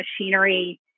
machinery